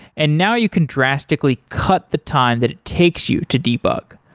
and now you can drastically cut the time that it takes you to debug.